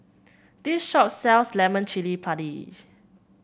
this shop sells Lemak Cili Padi